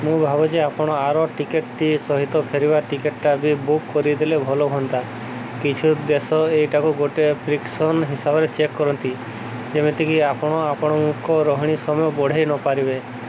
ମୁଁ ଭାବୁଛି ଆପଣ ଆର ଟିକେଟ୍ଟି ସହିତ ଫେରିବା ଟିକେଟ୍ଟା ବି ବୁକ୍ କରିଦେଲେ ଭଲ ହୁଅନ୍ତା କିଛି ଦେଶ ଏଇଟାକୁ ଗୋଟିଏ ପ୍ରିକସନ୍ ହିସାବରେ ଚେକ୍ କରନ୍ତି ଯେମିତିକି ଆପଣ ଆପଣଙ୍କ ରହଣି ସମୟ ବଢ଼ାଇ ନପାରିବେ